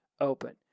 open